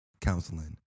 counseling